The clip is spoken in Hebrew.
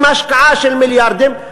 עם השקעה של מיליארדים,